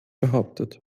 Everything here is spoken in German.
behauptet